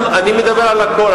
אני מדבר על הכול,